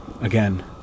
Again